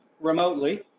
remotely